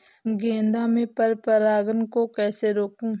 गेंदा में पर परागन को कैसे रोकुं?